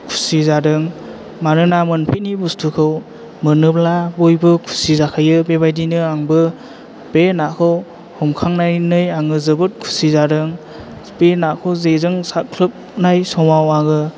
खुसि जादों मानोना मोनफेरि बुस्तुखौ मोनोब्ला बयबो खुसि जाखायो बेबायदिनो आंबो बे नाखौ हमखांनानै आङो जोबोद खुसि जादों बे नाखौ जेजों सारख्लोबनाय समाव आङो